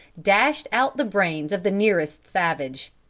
dashed out the brains of the nearest savage.